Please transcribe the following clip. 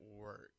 work